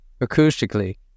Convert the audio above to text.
acoustically